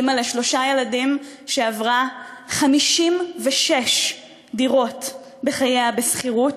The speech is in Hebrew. אימא לשלושה ילדים שעברה 56 דירות בחייה בשכירות,